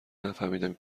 نفهمیدم